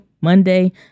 Monday